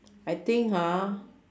I think !huh!